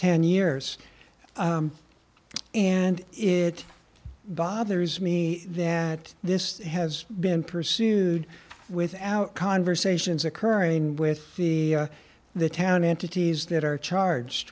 ten years and it bothers me that this has been pursued without conversations occurring with the the town entities that are charged